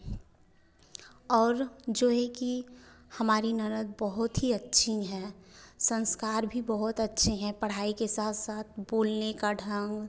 और जो है की हमारी ननद बहुत ही अच्छी हैं संस्कार भी बहुत अच्छे हैं पढ़ाई के साथ साथ बोलने का ढंग